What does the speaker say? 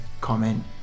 comment